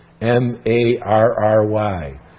M-A-R-R-Y